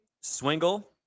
Swingle